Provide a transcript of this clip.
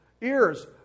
ears